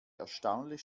erstaunlich